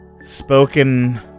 spoken